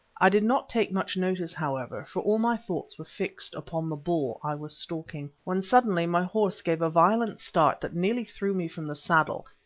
i did not take much notice, however, for all my thoughts were fixed upon the bull i was stalking, when suddenly my horse gave a violent start that nearly threw me from the saddle,